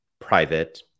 private